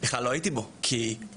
אני יודע